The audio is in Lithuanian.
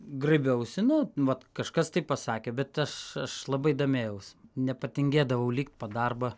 griabiausi nu vat kažkas taip pasakė bet aš aš labai domėjaus nepatingėdavau likt po darbą